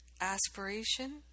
Aspiration